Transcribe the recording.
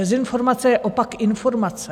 Dezinformace je opak informace.